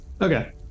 Okay